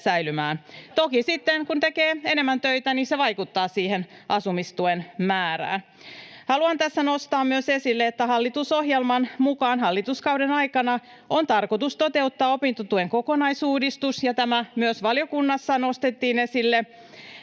Toki sitten, kun tekee enemmän töitä, niin se vaikuttaa siihen asumistuen määrään. Haluan tässä nostaa myös esille, että hallitusohjelman mukaan hallituskauden aikana on tarkoitus toteuttaa opintotuen kokonaisuudistus, ja tämä myös valiokunnassa nostettiin esille.